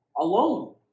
alone